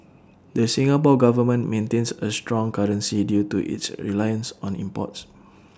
the Singapore Government maintains A strong currency due to its reliance on imports